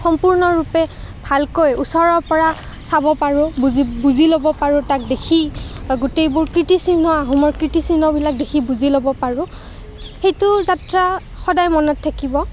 সম্পূৰ্ণৰূপে ভালকৈ ওচৰৰ পৰা চাব পাৰোঁ বুজি বুজি ল'ব পাৰোঁ তাক দেখি গোটেইবোৰ কীৰ্তিচিহ্ন আহোমৰ কীৰ্তিচিহ্নবিলাক দেখি বুজি ল'ব পাৰোঁ সেইটো যাত্ৰা সদায় মনত থাকিব